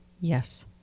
Yes